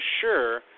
sure